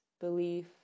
belief